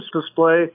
display